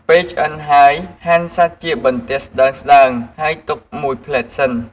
ពេលឆ្អិនហើយ ហាន់សាច់ជាបន្ទះស្តើងៗ ហើយទុកមួយភ្លែតសិន។